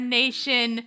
nation